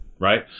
right